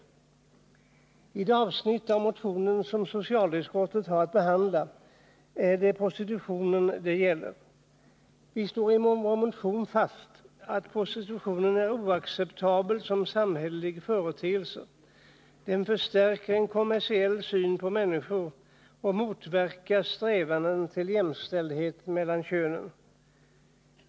Det avsnitt av motionen som socialutskottet haft att behandla gäller prostitutionen. I motionen slår vi fast att prostitutionen är oacceptabel som samhällelig företeelse. Den förstärker en kommersiell syn på människor och motverkar strävandena mot jämställdhet mellan könen.